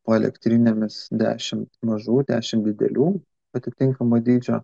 po elektrinėmis dešim mažų dešim didelių atitinkamo dydžio